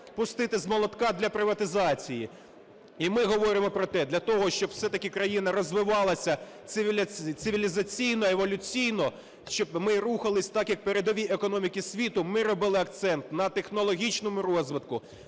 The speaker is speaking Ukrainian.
пустити з молотка для приватизації. І ми говоримо про те. Для того, щоб все-таки країна розвивалася цивілізаційно і еволюційно, щоб ми рухались так, як передові економіки світу, ми робили акцент на технологічному розвитку,